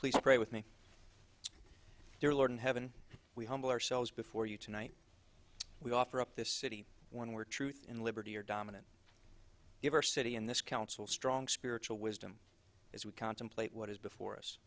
please pray with me dear lord in heaven we humble ourselves before you tonight we offer up this city one where truth in liberty or dominant diversity in this counsel strong spiritual wisdom as we contemplate what is before us